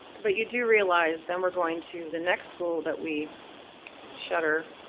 but you do realize then we're going to, the next school that we shutter,